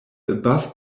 above